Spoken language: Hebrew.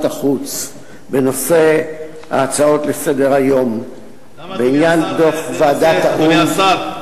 החוץ בנושא ההצעות לסדר-היום בעניין דוח ועדת האו"ם,